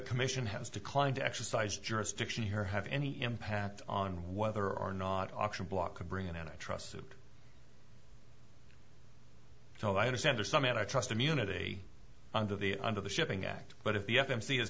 commission has declined to exercise jurisdiction here have any impact on whether or not auction block could bring in a trust suit so i understand there's some and i trust immunity under the under the shipping act but if the f m c has